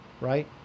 right